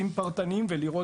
ולכן